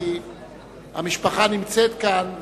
כי המשפחה נמצאת כאן,